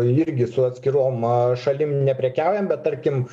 irgi su atskirom šalim neprekiaujam bet tarkim